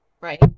right